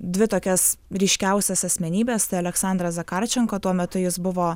dvi tokias ryškiausias asmenybes tai aleksandrą zacharčenką tuo metu jis buvo